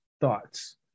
thoughts